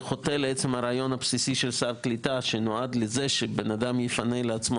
זה חוטא לעצם הרעיון הבסיסי של סל קליטה שנועד לזה שאדם יפנה לעצמו